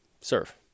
serve